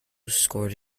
scored